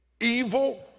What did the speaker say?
evil